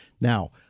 Now